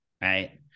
right